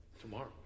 tomorrow